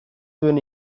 zuen